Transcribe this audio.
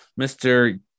Mr